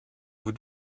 vous